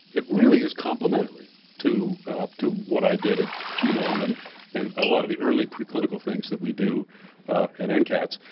it really is complementary to to what i did at genome and and a lot of the early pre-clinical things that we do at ncats.